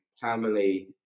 family